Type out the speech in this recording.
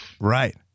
Right